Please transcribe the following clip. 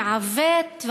מעוות,